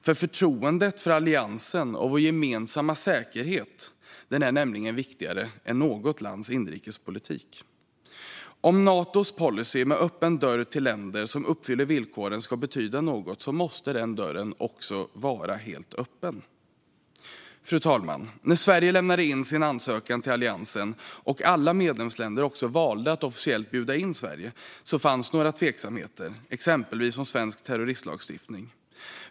Förtroendet för alliansen och vår gemensamma säkerhet är viktigare än något lands inrikespolitik. Om Natos policy om en öppen dörr till länder som uppfyller villkoren ska betyda något måste den dörren också vara helt öppen. Fru talman! När Sverige lämnade in sin ansökan till alliansen och alla medlemsländer valde att officiellt bjuda in Sverige fanns några tveksamheter, exempelvis om svensk terroristlagstiftning.